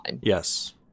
Yes